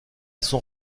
son